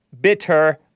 bitter